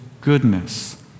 goodness